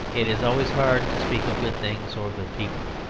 it is always hard to speak of good things or good people,